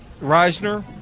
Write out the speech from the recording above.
Reisner